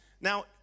Now